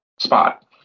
Spot